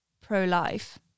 pro-life